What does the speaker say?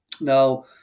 Now